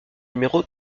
numéro